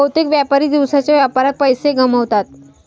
बहुतेक व्यापारी दिवसाच्या व्यापारात पैसे गमावतात